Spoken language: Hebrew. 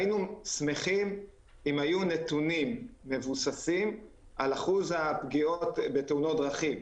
היינו שמחים אם היו נתונים מבוססים על אחוז הפגיעות בתאונות דרכים,